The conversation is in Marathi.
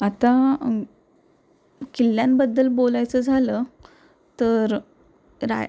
आता किल्ल्यांबद्दल बोलायचं झालं तर राय